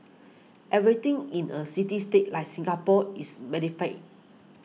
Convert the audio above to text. everything in a city state like Singapore is magnified